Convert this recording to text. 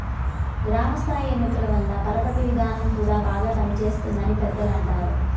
గ్రామ స్థాయి ఎన్నికల వల్ల పరపతి విధానం కూడా బాగా పనిచేస్తుంది అని పెద్దలు అంటారు